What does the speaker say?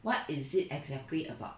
what is it exactly about